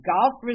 Golf